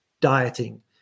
dieting